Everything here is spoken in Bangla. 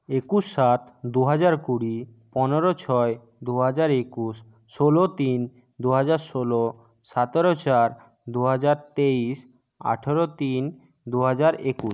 একুশ সাত দু হাজার কুড়ি পনেরো ছয় দু হাজার একুশ ষোলো তিন দু হাজার ষোলো সাতেরো চার দু হাজার তেইশ আঠেরো তিন দু হাজার একুশ